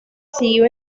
siguió